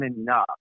enough